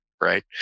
right